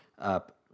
up